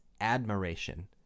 admiration